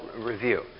review